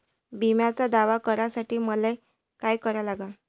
बिम्याचा दावा करा साठी मले का करा लागन?